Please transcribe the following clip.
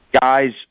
guys